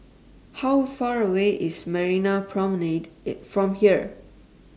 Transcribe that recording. How Far away IS Marina Promenade from here